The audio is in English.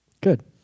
Good